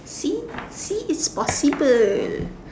see see it's possible